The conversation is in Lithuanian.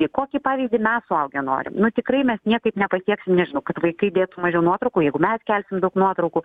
kokį pavyzdį mes suaugę norim nu tikrai mes niekaip nepasieksim nežinau kad vaikai dėtų mažiau nuotraukų jeigu mes kelsim daug nuotraukų